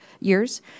years